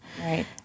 Right